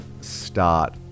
start